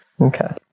okay